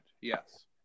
Yes